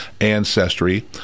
ancestry